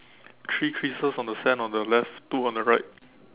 three creases on the sand on the left two on the right